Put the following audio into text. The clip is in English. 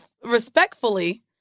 respectfully